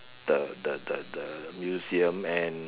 the the the the museum and